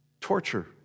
torture